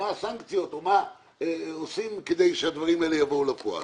הסנקציות או מה עושים כדי שהדברים האלה יצאו לפועל.